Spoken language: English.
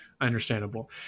understandable